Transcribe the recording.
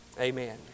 Amen